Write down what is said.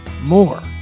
more